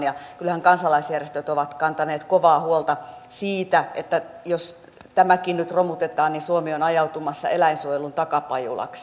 ja kyllähän kansalaisjärjestöt ovat kantaneet kovaa huolta siitä että jos tämäkin nyt romutetaan niin suomi on ajautumassa eläinsuojelun takapajulaksi